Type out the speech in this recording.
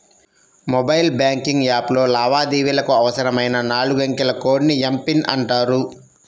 mobile banking యాప్లో లావాదేవీలకు అవసరమైన నాలుగు అంకెల కోడ్ ని ఎమ్.పిన్ అంటారు